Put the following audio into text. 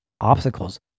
obstacles